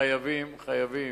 חייבים, חייבים,